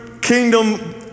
kingdom